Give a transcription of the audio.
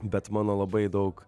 bet mano labai daug